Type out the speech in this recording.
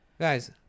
guys